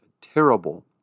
terrible